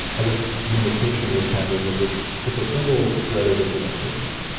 i guess, limitation with pandas is it's it's a single-threaded implementation.